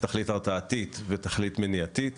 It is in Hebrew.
תכלית הרתעתית ותכלית מניעתית